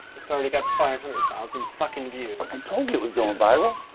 it's already got five hundred thousand fucking views. i told you it was going viral.